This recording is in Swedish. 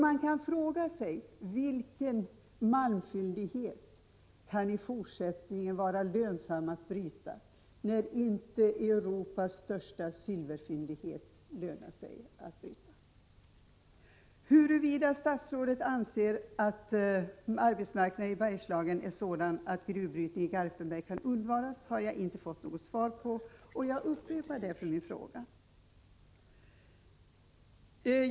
Man kan fråga sig vilken malmfyndighet som i fortsättningen kan vara lönsam att bryta, när inte Europas största silverfyndighet lönar sig att bryta. Huruvida statsrådet anser att arbetsmarknaden i Bergslagen är sådan att gruvbrytningen i Garpenberg kan undvaras, har jag inte fått något svar på, och jag upprepar därför min fråga.